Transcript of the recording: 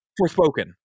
Forspoken